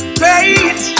great